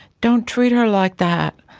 don't treat her like that,